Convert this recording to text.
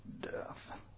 death